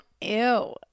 Ew